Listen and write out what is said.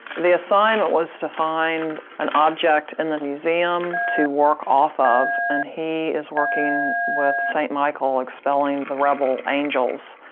the assignment was to find an object in the museum to work off of, and he is working with saint michael expelling the rebel angels,